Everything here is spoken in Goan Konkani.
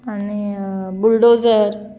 आनी बुलडोजर